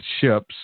ships